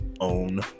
own